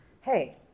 hey